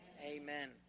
Amen